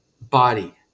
body